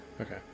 Okay